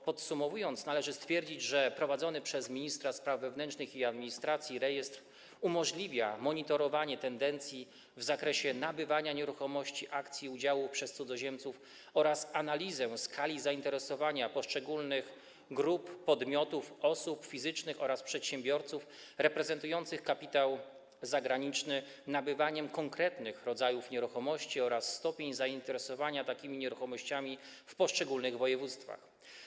Podsumowując, należy stwierdzić, że prowadzony przez ministra spraw wewnętrznych i administracji rejestr umożliwia monitorowanie tendencji w zakresie nabywania nieruchomości, akcji i udziałów przez cudzoziemców oraz analizę skali zainteresowania poszczególnych grup podmiotów, osób fizycznych oraz przedsiębiorców reprezentujących kapitał zagraniczny, nabywaniem konkretnych rodzajów nieruchomości oraz stopień zainteresowania takimi nieruchomościami w poszczególnych województwach.